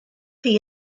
chi